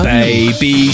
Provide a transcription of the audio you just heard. baby